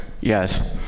yes